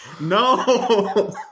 No